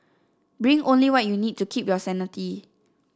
bring only what you need to keep your sanity